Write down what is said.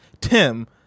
Tim